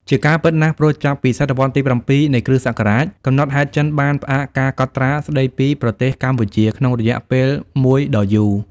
ជាការពិតណាស់ ព្រោះចាប់ពី សតវត្សរ៍ទី៧ នៃគ្រិស្តសករាជ កំណត់ហេតុចិនបានផ្អាកការកត់ត្រាស្តីពី ប្រទេសកម្ពុជា ក្នុងរយៈពេលមួយដ៏យូរ។